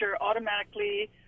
automatically